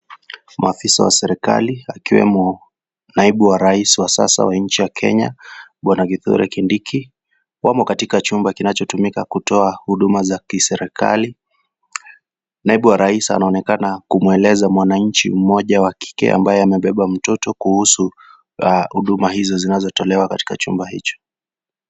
Maafisa wa serikali akiwemo naibu wa rais wa sasa wa nchi kenya bwana Kithure Kindiki wamo katika chumba kinachotumika kutoa huduma za kiserikali, naibu wa rais anaonekana kumweleza mwananchi mmoja wa kike ambaye amebeba mtoto kuhusu huduma zinazotelewa katika chumba hicho.